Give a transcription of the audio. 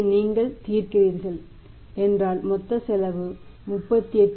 இதை நீங்கள் தீர்க்கிறீர்கள் என்றால் மொத்த செலவு 38